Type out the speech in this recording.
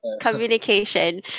communication